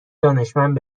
دانشمند